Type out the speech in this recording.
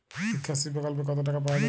শিক্ষাশ্রী প্রকল্পে কতো টাকা পাওয়া যাবে?